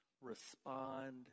respond